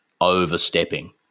overstepping